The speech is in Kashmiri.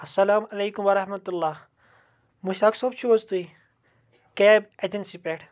اَسَلامُ علیکُم وَرَحمَتہ اللہ مُشاق صٲب چھُو حظ تُہۍ کیب ایٚجنسی پٮ۪ٹھ